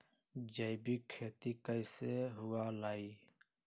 जैविक खेती कैसे हुआ लाई?